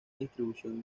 distribución